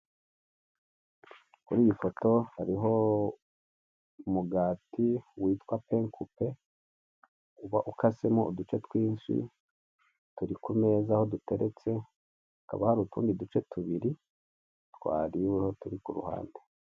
Kuri iyi foto hariho umugati witwa penkupe uba ukasemo uduce twinshi turi ku meza aho duteretse hakaba hari utundi duce tubiri twariweho turi kuruhande.